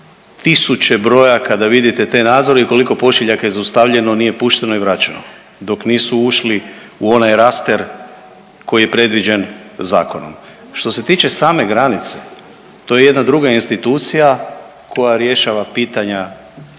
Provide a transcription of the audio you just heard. tisuće brojaka da vidite te nadzore i koliko pošiljaka je zaustavljeno, nije pušteno i vraćeno, dok nisu ušli u onaj raster koji je predviđen zakonom. Što se tiče same granice, to je jedna druga institucija koja rješava pitanja